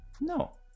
No